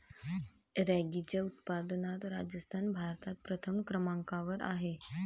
रॅगीच्या उत्पादनात राजस्थान भारतात प्रथम क्रमांकावर आहे